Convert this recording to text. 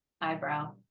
Eyebrow